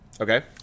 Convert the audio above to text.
Okay